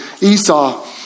Esau